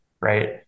Right